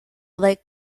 lake